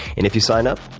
and if you sign up,